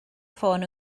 ffôn